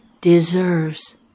deserves